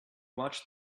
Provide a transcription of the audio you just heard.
watched